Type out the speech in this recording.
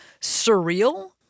surreal